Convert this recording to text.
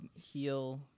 heal